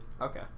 okay